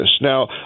Now